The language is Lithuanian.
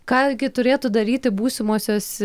ką gi turėtų daryti būsimosios